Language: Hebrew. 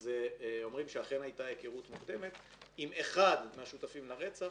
אז אומרים שאכן הייתה היכרות מוקדמת עם אחד מהשותפים לרצח